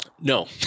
No